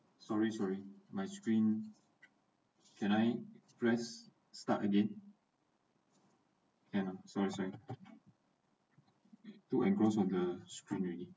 sorry sorry my screen can I press start again and sorry sorry too enclose on the screen already